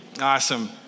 Awesome